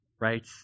right